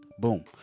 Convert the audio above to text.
Boom